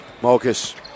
Mokas